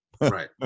right